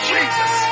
Jesus